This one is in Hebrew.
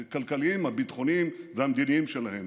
הביטחוניים והמדיניים שלהן.